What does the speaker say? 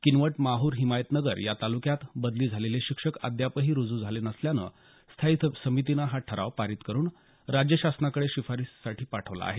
किनवट माहूर आणि हिमायतनगर या तालुक्यात बदली झालेले शिक्षक अद्यापही रूजू झाले नसल्यानं स्थायी समितीनं हा ठराव पारित करून राज्य शासनाकडे शिफारसीसाठी पाठवला आहे